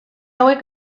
hauek